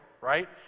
right